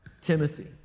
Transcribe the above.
Timothy